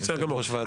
יושב-ראש ועדת חוקה.